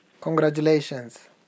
Congratulations